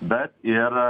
bet ir